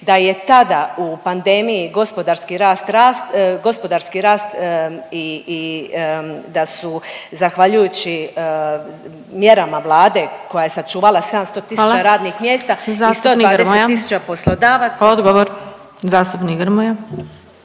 da je tada u pandemiji gospodarski rast i da su zahvaljujući mjerama Vlade koja je sačuvala 700 000 radnih mjesta … …/Upadica Glasovac: Hvala. Zastupnik Grmoja./…